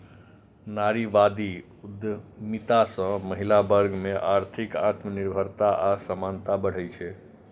नारीवादी उद्यमिता सं महिला वर्ग मे आर्थिक आत्मनिर्भरता आ समानता बढ़ै छै